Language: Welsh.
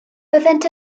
byddent